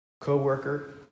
co-worker